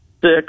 Six